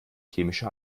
chemische